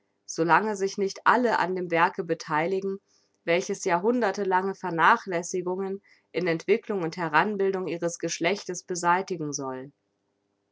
lange sich nicht alle an dem werke betheiligen welches jahrhundertlange vernachlässigungen in entwicklung und heranbildung ihres geschlechtes beseitigen soll